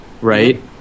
right